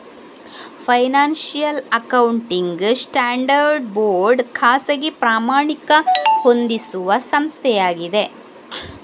financial accounting standards board ಖಾಸಗಿ ಪ್ರಮಾಣಿತ ಹೊಂದಿಸುವ ಸಂಸ್ಥೆಯಾಗಿದೆ